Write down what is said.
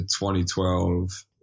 2012